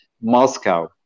Moscow